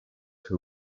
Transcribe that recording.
who